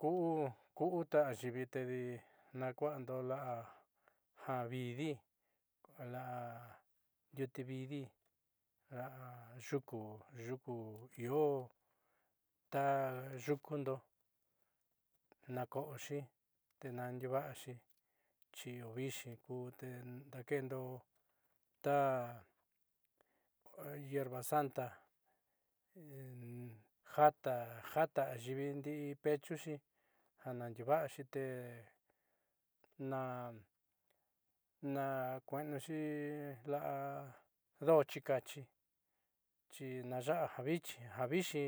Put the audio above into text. Ku'u ku'u ta ayiivi tedi naakua'ando la'a ja viidii la'a ndiute viidii la'a yuku yuku io ta yukundo na ko'oxi tenandiuva'axi chi io viixi ku te daake'endo ta hierbasanta jaata jaata ayiivi ndi'i pechuxi janandiuva'axi te na na kui'inuxi la'a do'o chikachi chinaxa'a ja viixi